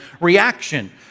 reaction